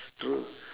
true